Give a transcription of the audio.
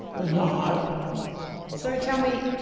was no hope. so tell me,